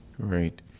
great